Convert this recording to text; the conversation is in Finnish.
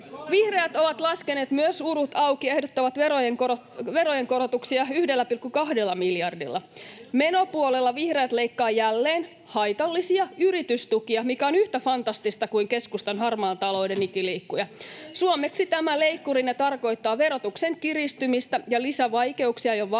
vihreät ovat laskeneet urut auki ja ehdottavat verojen korotuksia 1,2 miljardilla. Menopuolella vihreät leikkaavat jälleen haitallisia yritystukia, mikä on yhtä fantastista kuin keskustan harmaan talouden ikiliikkuja. Suomeksi tämä leikkurinne tarkoittaa verotuksen kiristymistä ja lisävaikeuksia jo valmiiksi